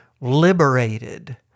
liberated